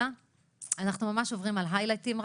אנחנו ממש עוברים על היילייטים.